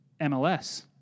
MLS